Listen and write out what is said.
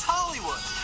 Hollywood